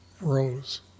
Rose